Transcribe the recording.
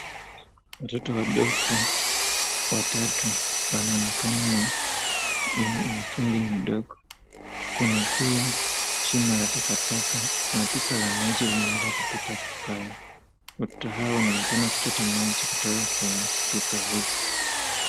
Watoto wadogo watatu wanaonekana na mitungi midogo. Kuna pia shimo la takataka na pipa la maji limeweza kupita pale. Watoto hawa wanaonekana kuchota maji kutoka kwenye pipa hizi.